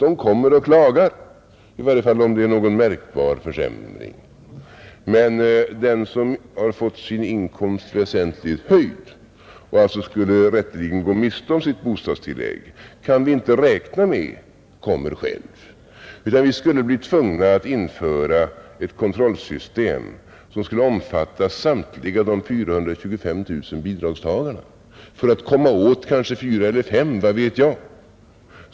De kommer och klagar, i varje fall om det är någon märkbar försämring. Men den som har fått sin inkomst väsentligt höjd och alltså rätteligen skulle gå miste om sitt bostadstillägg kan vi inte räkna med kommer själv, utan vi skulle bli tvungna att införa ett kontrollsystem som skulle omfatta samtliga de 425 000 bidragstagarna för att komma åt kanske fyra eller fem — vad vet jag?